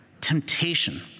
temptation